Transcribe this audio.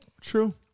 True